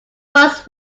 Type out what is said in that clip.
was